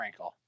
Frankel